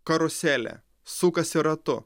karusele sukasi ratu